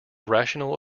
rational